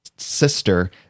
sister